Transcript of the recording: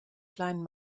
kleinen